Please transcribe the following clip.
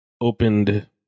opened